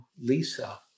Lisa